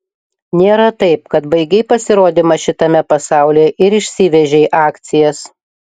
nėra taip kad baigei pasirodymą šitame pasaulyje ir išsivežei akcijas